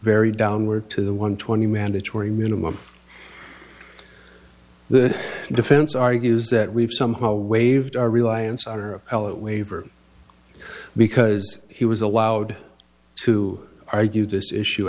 very downward to the one twenty mandatory minimum the defense argues that we've somehow waived our reliance on or appellate waiver because he was allowed to argue this issue